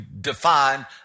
define